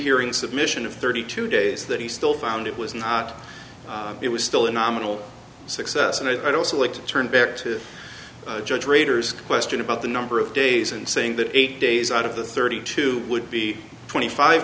hearing submission of thirty two days that he still found it was not it was still a nominal success and i don't like to turn back to judge raters question about the number of days and saying that eight days out of the thirty two would be twenty five